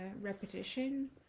repetition